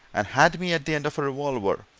and had me at the end of a revolver,